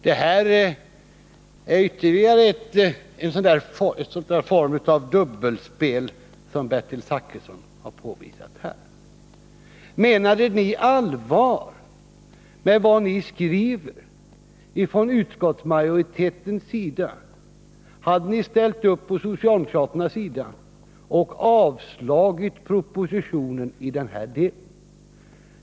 Detta är ytterligare en form av det dubbelspel som Bertil Zachrisson påvisat här. Om utskottsmajoriteten hade menat allvar med vad den skriver, hade den ställt upp på socialdemokraternas sida och avstyrkt propositionen i den här delen.